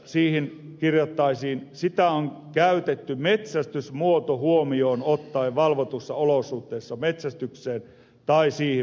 siihen kirjattaisiin että sitä on käytetty metsästysmuoto huomioon ottaen valvotuissa olosuhteissa metsästykseen tai siihen verrattavaan tehtävään